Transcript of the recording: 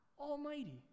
Almighty